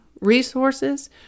resources